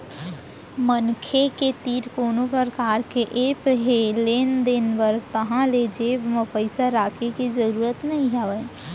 मनसे के तीर कोनो परकार के ऐप हे लेन देन बर ताहाँले जेब म पइसा राखे के जरूरत नइ हे